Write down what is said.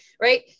right